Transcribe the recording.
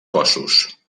cossos